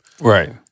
Right